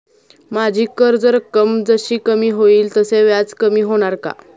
माझी कर्ज रक्कम जशी कमी होईल तसे व्याज कमी होणार का?